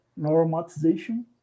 normalization